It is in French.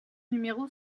numéro